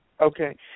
Okay